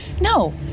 No